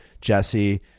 Jesse